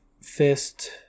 Fist